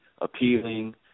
appealing